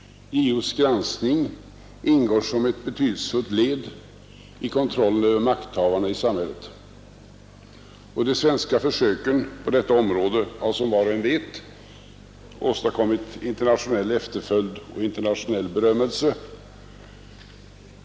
JO:s granskning ingår som ett betydelsefullt led i kontrollen över makthavarna i samhället, och de svenska försöken på detta område har, som var och en vet, fått internationell efterföljd och internationell berömmelse.